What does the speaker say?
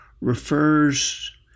refers